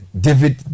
David